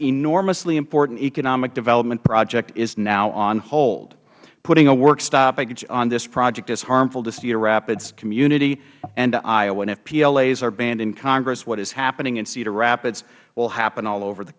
enormously important economic development project is now on hold putting a work stoppage on this project is harmful to cedar rapids community and to iowa if plas are banned in congress what is happening in cedar rapids will happen all over the